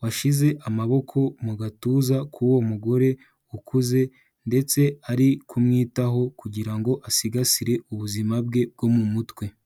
washyize amaboko mu gatuza k'uwo mugore ukuze ndetse ari kumwitaho kugira ngo asigasire ubuzima bwe bwo mu mutwe.